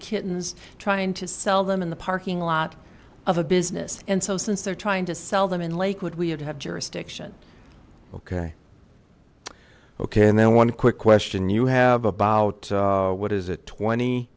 kittens trying to sell them in the parking lot of a business and so since they're trying to sell them in lakewood we have to have jurisdiction ok ok and then one quick question you have about what is it twenty